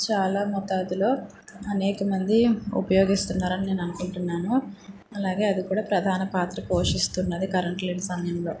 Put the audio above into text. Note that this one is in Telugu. చాలా మోతాదులో అనేకమంది ఉపయోగిస్తున్నారని నేను అనుకుంటున్నాను అలాగే అది కూడా ప్రధాన పాత్ర పోషిస్తున్నది కరెంట్ లేని సమయంలో